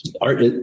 art